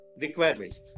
requirements